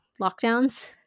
lockdowns